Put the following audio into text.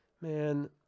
Man